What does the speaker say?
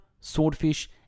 swordfish